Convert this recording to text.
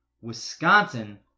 Wisconsin